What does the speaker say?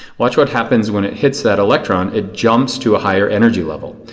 watch what happens when it hits that electron, it jumps to a higher energy level.